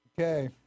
Okay